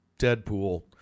Deadpool